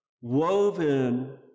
woven